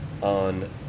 on